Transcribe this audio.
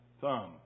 thumb